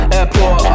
Airport